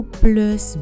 plus